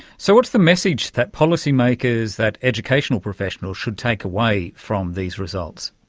so what's the message that policymakers, that educational professionals should take away from these results?